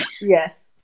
Yes